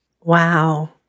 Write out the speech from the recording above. Wow